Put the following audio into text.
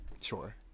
sure